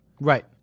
Right